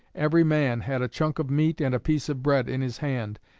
every man had a chunk of meat and a piece of bread in his hand,